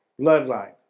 bloodline